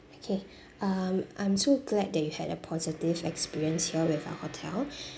okay um I'm so glad you had a positive experience here with our hotel